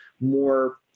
more